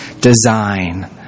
design